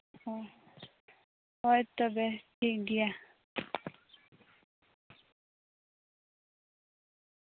ᱚᱸᱻ ᱦᱳᱭ ᱛᱚᱵᱮ ᱴᱷᱤᱠ ᱜᱮᱭᱟ